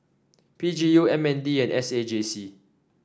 P G U M N D and S A J C